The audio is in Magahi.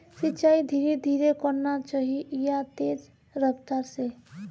सिंचाई धीरे धीरे करना चही या तेज रफ्तार से?